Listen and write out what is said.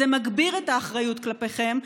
זה מגביר את האחריות כלפיכם.